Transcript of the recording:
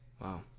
wow